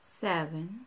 seven